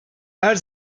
her